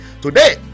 Today